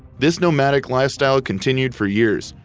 this nomadic lifestyle continued for years,